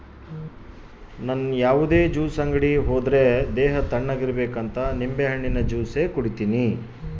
ನನ್ ಯಾವುದೇ ಜ್ಯೂಸ್ ಅಂಗಡಿ ಹೋದ್ರೆ ದೇಹ ತಣ್ಣುಗಿರಬೇಕಂತ ನಿಂಬೆಹಣ್ಣಿನ ಜ್ಯೂಸೆ ಕುಡೀತೀನಿ